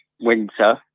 winter